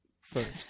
first